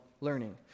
learning